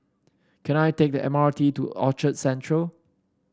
can I take the M R T to Orchard Central